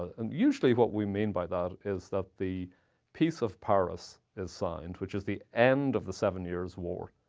and usually what we mean by that is that the peace of paris is signed, which is the end of the seven years' war.